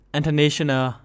International